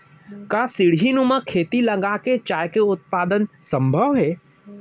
का सीढ़ीनुमा खेती लगा के चाय के उत्पादन सम्भव हे?